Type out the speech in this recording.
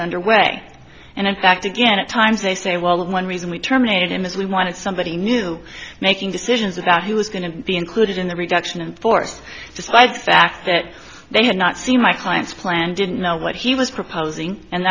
underway and in fact again at times they say well of one reason we terminated him is we wanted somebody new making decisions about who was going to be included in the reduction in force just like fact that they had not seen my clients plan didn't know what he was proposing and